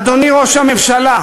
אדוני ראש הממשלה,